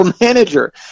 manager